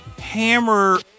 Hammer